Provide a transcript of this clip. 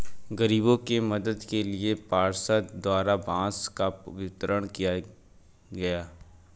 गरीबों के मदद के लिए पार्षद द्वारा बांस का वितरण किया गया